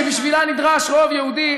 שבשבילה נדרש רוב יהודי,